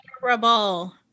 Terrible